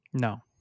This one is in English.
No